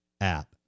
app